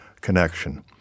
connection